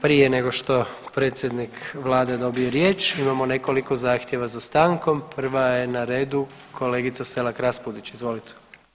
Prije nego što predsjednik vlade dobije riječ imamo nekoliko zahtjeva za stankom, prva je na redu kolegica Selak Raspudić, izvolite.